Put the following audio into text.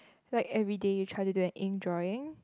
like everyday you try to do an ink drawing